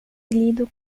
lido